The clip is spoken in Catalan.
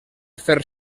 fer